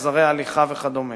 עזרי הליכה וכדומה.